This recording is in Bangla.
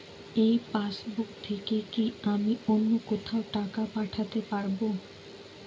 এই পাসবুক থেকে কি আমি অন্য কোথাও টাকা পাঠাতে পারব?